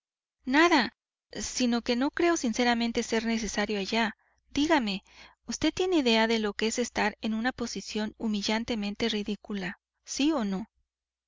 nada sino que no creo sinceramente ser necesario allá dígame vd tiene idea de lo que es estar en una posición humillantemente ridícula si o no